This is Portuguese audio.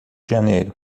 janeiro